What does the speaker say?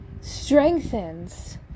strengthens